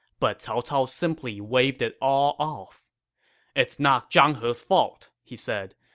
but cao cao simply waved it off it's not zhang he's fault, he said.